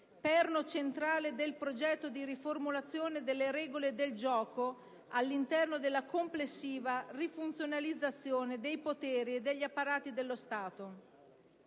perno centrale del progetto di riformulazione delle regole del gioco all'interno della complessiva rifunzionalizzazione dei poteri e degli apparati dello Stato».